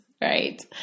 right